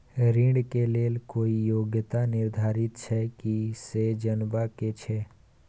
ऋण के लेल कोई योग्यता निर्धारित छै की से जनबा के छै?